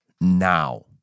now